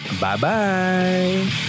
Bye-bye